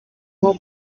nko